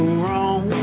wrong